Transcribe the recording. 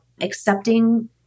accepting